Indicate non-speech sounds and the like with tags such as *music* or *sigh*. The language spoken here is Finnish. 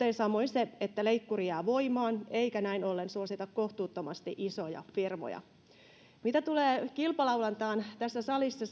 nopeasti kentälle samoin se että leikkuri jää voimaan eikä näin ollen suosita kohtuuttomasti isoja firmoja mitä tulee kilpalaulantaan tässä salissa *unintelligible*